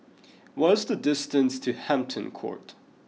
what's the distance to Hampton Court